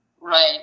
Right